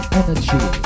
energy